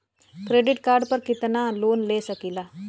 Credit card पर कितनालोन ले सकीला?